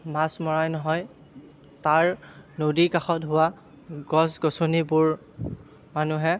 মাছ মৰাই নহয় তাৰ নদীৰ কাষত হোৱা গছ গছনিবোৰ মানুহে